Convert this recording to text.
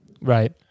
Right